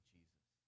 Jesus